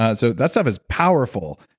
ah so that stuff is powerful.